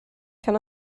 can